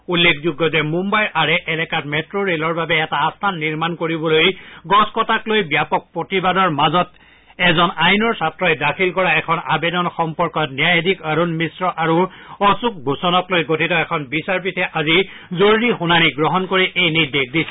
উল্লেখযোগ্য যে মুম্বাইৰ আৰে এলেকাত মেট্ট ৰেলৰ বাবে এটা আস্থান নিৰ্মাণ কৰিবলৈ গছ কটাক লৈ ব্যাপক প্ৰতিবাদৰ মাজত এজন আইনৰ ছাত্ৰই দাখিল কৰা এখন আবেদন সম্পৰ্কত ন্যায়াধীশ আৰুণ মিশ্ৰ আৰু অশোক ভূষণকলৈ গঠিত এখন বিচাৰপীঠে আজি জৰুৰী শুনানি গ্ৰহণ কৰি এই নিৰ্দেশ দিছে